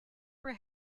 were